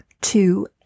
Two